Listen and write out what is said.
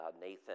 Nathan